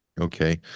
Okay